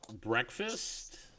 breakfast